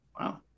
Wow